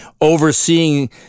overseeing